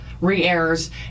re-airs